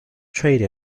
trade